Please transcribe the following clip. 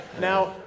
Now